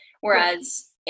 whereas